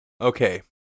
Okay